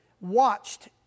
watched